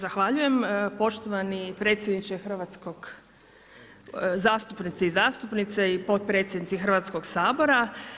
Zahvaljujem, poštovani potpredsjedniče Hrvatskog, zastupnice i zastupnici i potpredsjednici Hrvatskoga sabora.